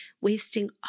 wasting